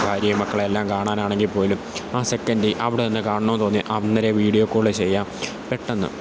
ഭാര്യയും മക്കളെയെല്ലാം കാണാനാണെങ്കില്പ്പോലും ആ സെക്കൻറ്റില് അവടേന്ന് കാണണമെന്നു തോന്നിയാല് അന്നേരം വീഡിയോ കോള് ചെയ്യാം പെട്ടെന്ന്